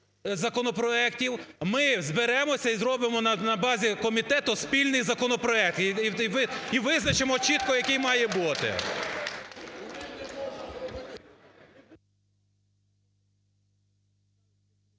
Ми зберемося і зробимо на базі комітету спільний законопроект і визначимо чітко який має бути.